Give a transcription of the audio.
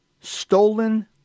stolen